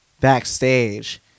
backstage